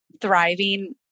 thriving